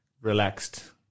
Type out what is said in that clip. relaxed